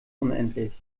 unendlich